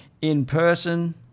in-person